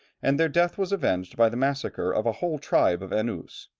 and their death was avenged by the massacre of a whole tribe of enoos.